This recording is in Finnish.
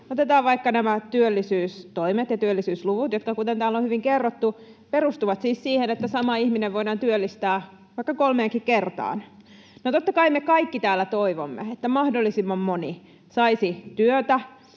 Otetaan vaikka nämä työllisyystoimet ja työllisyysluvut, jotka perustuvat — kuten täällä on hyvin kerrottu — siis siihen, että sama ihminen voidaan työllistää vaikka kolmeenkin kertaan. No, totta kai me kaikki täällä toivomme, että mahdollisimman moni saisi työtä,